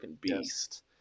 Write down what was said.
beast